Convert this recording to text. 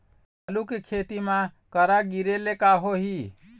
आलू के खेती म करा गिरेले का होही?